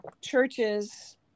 churches